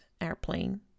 airplane